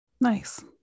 Nice